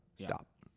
stop